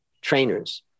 trainers